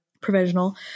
provisional